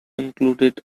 included